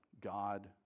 God